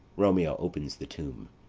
romeo opens the tomb.